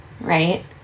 right